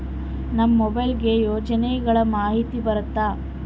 ನಮ್ ಮೊಬೈಲ್ ಗೆ ಯೋಜನೆ ಗಳಮಾಹಿತಿ ಬರುತ್ತ?